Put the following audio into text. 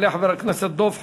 יעלה חבר הכנסת דב חנין.